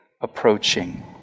approaching